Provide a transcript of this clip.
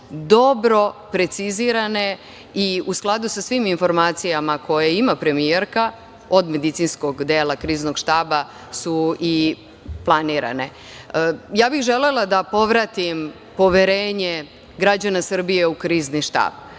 dobro precizirane i u skladu sa svim informacijama koje ima premijerka od medicinskog dela Kriznog štaba su i planirane. Želela bih da povratim poverenje građana Srbije u Krizni štab.